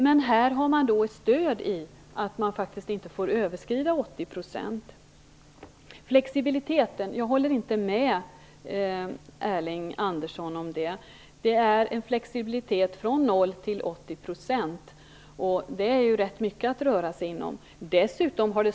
Men här har man då stöd i att man faktiskt inte får överskrida 80 %. Jag håller inte med Erling Andersson i fråga om flexibiliteten. Det är flexibilitet från 0 % till 80 %, vilket är rätt mycket att röra sig inom.